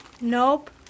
Nope